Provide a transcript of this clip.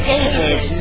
David